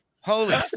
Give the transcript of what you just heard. holy